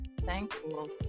thankful